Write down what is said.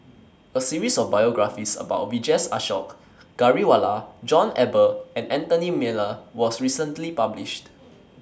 A series of biographies about Vijesh Ashok Ghariwala John Eber and Anthony Miller was recently published